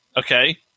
Okay